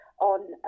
on